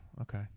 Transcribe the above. okay